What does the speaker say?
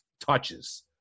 touches